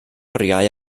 oriau